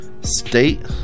state